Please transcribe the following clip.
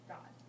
God